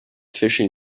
fishing